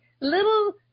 little